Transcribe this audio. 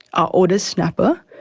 our oldest snapper,